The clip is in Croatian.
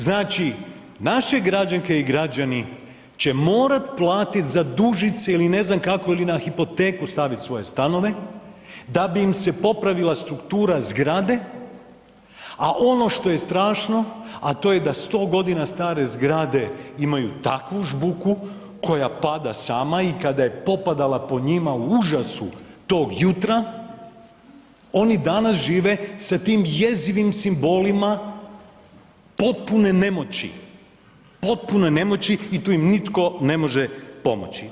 Znači, naše građanke i građani će morat platit, zadužit se ili ne znam kako ili na hipoteku stavit svoje stanove da bi im se popravila struktura zgrade, a ono što je strašno, a to je da 100.g. stare zgrade imaju takvu žbuku koja pada sama i kada je popadala po njima u užasu tog jutra, oni danas žive sa tim jezivim simbolima potpune nemoći, potpune nemoći i tu im nitko ne može pomoći.